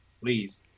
Please